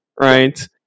right